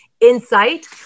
insight